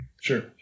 Sure